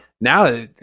Now